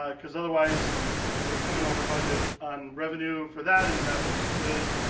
ah cause otherwise i would've come in over budget on revenue for that and that wouldn't be good.